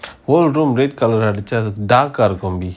whole room red colour அடிச்ச:adicha dark colour combi